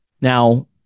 Now